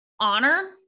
honor